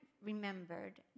remembered